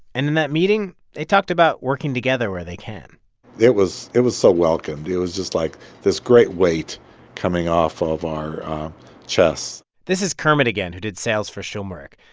and in that meeting, they talked about working together where they can it was it was so welcomed. it was just like this great weight coming off of our chests this is kermit again, who did sales for schulmerich.